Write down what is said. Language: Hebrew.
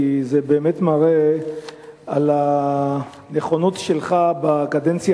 כי זה באמת מראה את הנכונות שלך בקדנציה